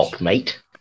mate